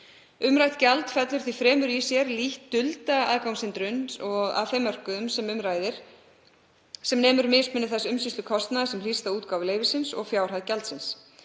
Umrætt gjald felur því fremur í sér lítt dulda aðgangshindrun að þeim mörkuðum sem um ræðir sem nemur mismuni þess umsýslukostnaður sem hlýst af útgáfu leyfisins og fjárhæð gjaldsins.